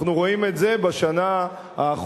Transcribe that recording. אנחנו רואים את זה בשנה האחרונה,